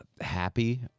happy